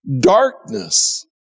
Darkness